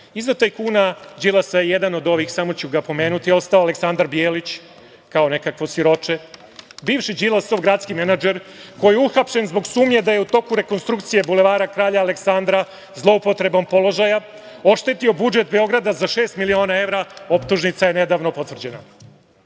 Iza tajkuna Đilasa je jedan od ovih, samo ću ga pomenuti, ostao Aleksandar Bijelić, kao nekakvo siroče, bivši Đilasov gradski menadžer, koji je uhapšen zbog sumnje da je u toku rekonstrukcije Bulevara Kralja Aleksandra zloupotrebom položaja oštetio budžet Beograda za šest miliona evra. Optužnica je nedavno potvrđena. Iza